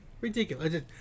Ridiculous